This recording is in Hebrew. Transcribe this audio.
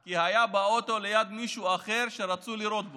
כי היה באוטו ליד מישהו אחר שרצו לירות בו.